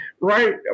Right